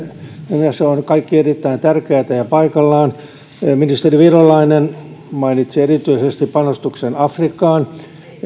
ja se on kaikki erittäin tärkeätä ja paikallaan ministeri virolainen mainitsi erityisesti panostuksen afrikkaan